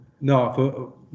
no